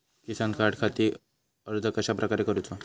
किसान कार्डखाती अर्ज कश्याप्रकारे करूचो?